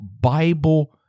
Bible